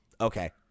okay